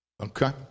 Okay